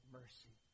mercy